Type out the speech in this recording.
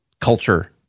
culture